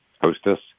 hostess